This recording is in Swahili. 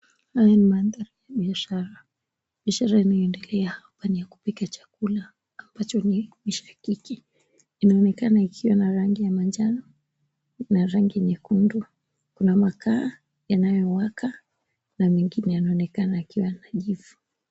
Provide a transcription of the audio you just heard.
Haya maandhari ya biashara. Biashara inaendelea hapa ya kupika chakula ambacho ni mishakaki. Inaonekana ikiwa na rangi ya manjano na rangi nyekundu. Kuna makaa yanayowaka na mengine yanaonekana ikiwa na jivu.